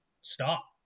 stop